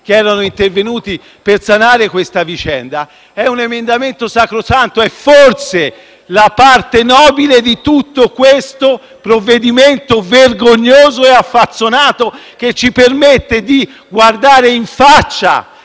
emendamenti intervenuti per sanare la vicenda - è una proposta sacrosanta, forse la parte nobile di tutto questo provvedimento vergognoso e affazzonato che ci permette di guardare in faccia